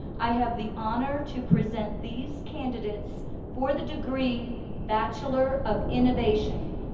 i have the honor to present these candidates for the degree bachelor of innovation.